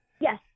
Yes